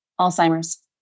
Alzheimer's